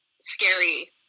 scary